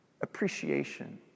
appreciation